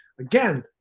again